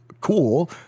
cool